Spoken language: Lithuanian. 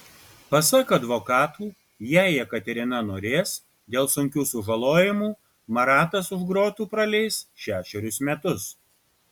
pasak advokatų jei jekaterina norės dėl sunkių sužalojimų maratas už grotų praleis šešerius metus